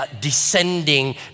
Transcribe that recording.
descending